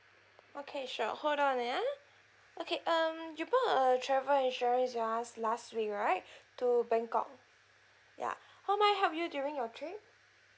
okay sure hold on ya okay um you booked a travel insurance with us last week right to bangkok ya how may I help you during your trip